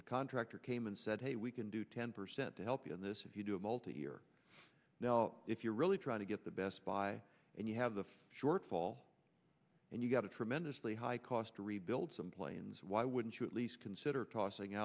the contractor came and said hey we can do ten percent to help you in this if you do a multi year if you're really trying to get the best buy and you have the shortfall and you've got a tremendously high cost to rebuild some planes why wouldn't you at least consider tossing